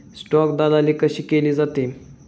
Stock दलाली कशी केली जाते?